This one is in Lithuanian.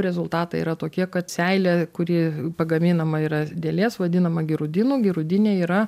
rezultatai yra tokie kad seilė kuri pagaminama yra dėlės vadinama girudinu girudine yra